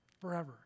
forever